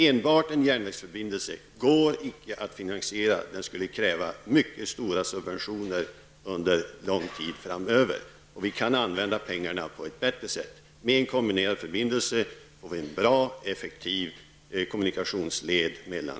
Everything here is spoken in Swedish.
Enbart en järnvägsförbindelse går icke att finansiera; den skulle kräva mycket stora subventioner under lång tid framöver. Vi kan använda pengarna på ett bättre sätt. Med en kombinerad förbindelse får vi en bra och effektiv kommunikationsled mellan